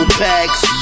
packs